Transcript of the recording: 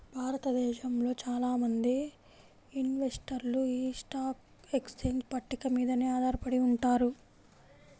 భారతదేశంలో చాలా మంది ఇన్వెస్టర్లు యీ స్టాక్ ఎక్స్చేంజ్ పట్టిక మీదనే ఆధారపడి ఉంటారు